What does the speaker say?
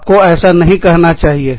आपको ऐसा नहीं कहना चाहिए